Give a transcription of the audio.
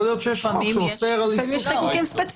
יכול להיות שיש חוק שאוסר על איסוף --- לפעמים יש חיקוקים ספציפיים.